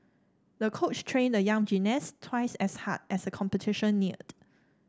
the coach trained the young gymnast twice as hard as the competition neared